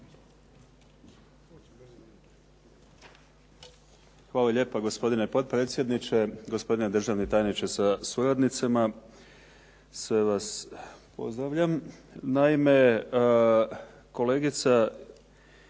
Hvala lijepa. Gospodine potpredsjedniče, gospodine državni tajniče sa suradnicima. Sve vas pozdravljam. Naime, kolegica